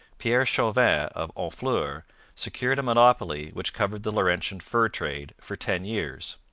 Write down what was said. pierre chauvin of honfleur secured a monopoly which covered the laurentian fur trade for ten years.